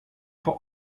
for